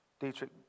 Dietrich